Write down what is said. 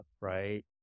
right